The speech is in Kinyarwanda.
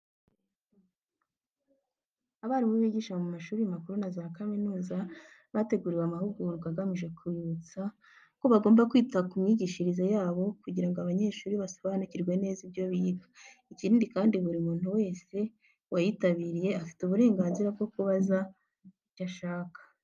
Abarimu bigisha mu mashuri makuru na za kaminuza bateguriwe amahugurwa agamije kubibutsa ko bagomba kwita ku myigishirize yabo kugira ngo abanyeshuri basobanukirwe neza ibyo biga. Ikindi kandi buri muntu wese wayitabiriye afite uburenganzira bwo kubaza icyo ashaka.